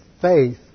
faith